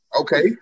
Okay